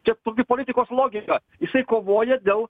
čia pati politikos logika jisai kovoja dėl